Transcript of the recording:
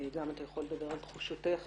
אתה גם יכול לדבר על תחושותיך,